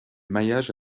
maillage